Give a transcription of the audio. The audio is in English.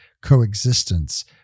coexistence